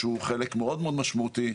שהוא חלק מאוד מאוד משמעותי.